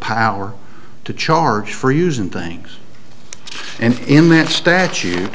power to charge for using things and in that statute